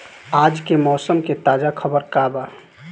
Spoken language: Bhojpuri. आज के मौसम के ताजा खबर का बा?